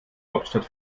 hauptstadt